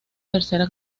tercera